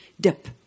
dip